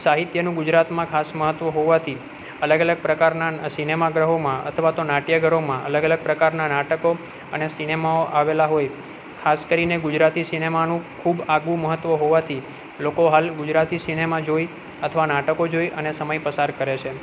સાહિત્યનું ગુજરાતમાં ખાસ મહત્વ હોવાથી અલગ અલગ પ્રકારના સિનેમા ગૃહોમાં અથવા તો નાટ્ય ઘરોમાં અલગ અલગ પ્રકારના નાટકો અને સિનેમાઓ આવેલાં હોય ખાસ કરીને ગુજરાતી સિનેમાનું ખૂબ આગવું મહત્વ હોવાથી લોકો હાલ ગુજરાતી સિનેમા જોઈ અથવા નાટકો જોઈ અને સમય પસાર કરે છે